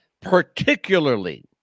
particularly